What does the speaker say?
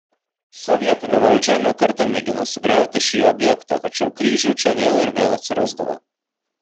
sovietinė valdžia ne kartą mėgino sugriauti šį objektą tačiau kryžių čia vėl ir vėl atsirasdavo